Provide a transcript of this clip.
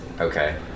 Okay